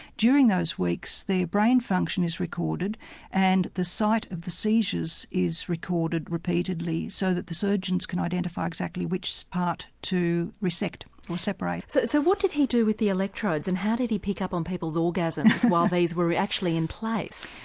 during those weeks their brain function is recorded and the site of the seizures is recorded repeatedly so that the surgeons can identify exactly which so part to resect or separate. so so what did he do with the electrodes and how did he pick up on people's orgasms while these were actually in place?